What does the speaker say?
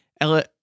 Ella